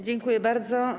Dziękuję bardzo.